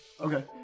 Okay